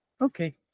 okay